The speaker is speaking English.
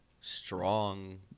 Strong